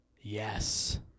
Yes